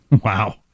Wow